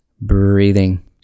breathing